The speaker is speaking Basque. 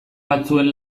batzuen